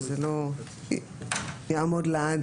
כדי שזה לא יעמוד לעד,